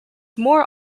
more